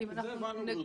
-- את זה הבנו.